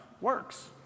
works